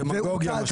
זו דמגוגיה.